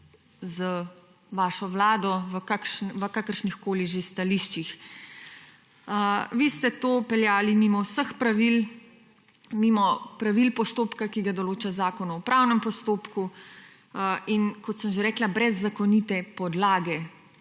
z vašo vlado v kakršnihkoli že stališčih. Vi ste to peljali mimo vseh pravil, mimo pravil postopka, ki ga določa Zakon o upravnem postopku in, kot sem že rekla, brez zakonite podlage,